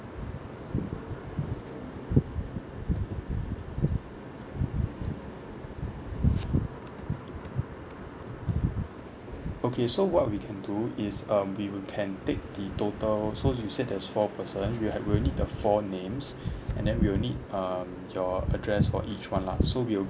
okay so what we can do is um we will can take the total so you said there's four person we had we'll need the four names and then we will need um your address for each one lah so we'll